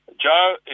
Joe